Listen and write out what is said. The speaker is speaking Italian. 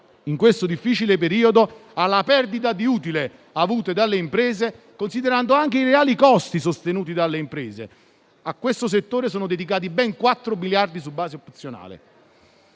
in questo difficile periodo alla perdita di utile avuta dalle imprese, considerando anche i reali costi da esse sostenuti. A questo settore sono dedicati ben 4 miliardi su base opzionale.